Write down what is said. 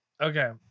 Okay